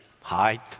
height